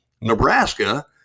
Nebraska